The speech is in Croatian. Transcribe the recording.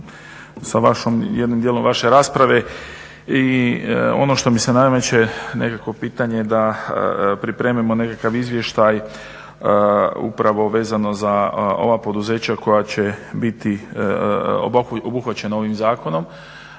jednim dijelom vaše rasprave i ono što mi se nameće nekakvo pitanje da pripremimo nekakav izvještaj upravo vezano za ova poduzeća koja će biti obuhvaćena ovim zakonom.